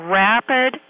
rapid